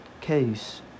case